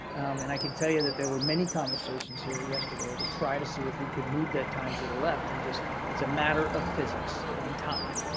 and i can tell you that there were many conversations here yesterday to try to see if we could move that time to the left and just it's a matter of physics and time,